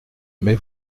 mais